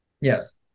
Yes